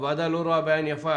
הוועדה לא רואה בעין יפה